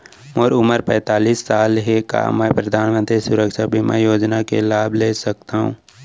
मोर उमर पैंतालीस साल हे का मैं परधानमंतरी सुरक्षा बीमा योजना के लाभ ले सकथव?